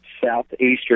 southeastern